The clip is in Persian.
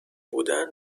بودن